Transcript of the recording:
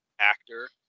actor